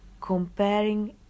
comparing